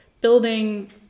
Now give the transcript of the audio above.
building